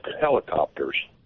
helicopters